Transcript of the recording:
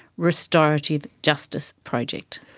restorative justice project.